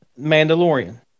Mandalorian